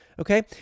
okay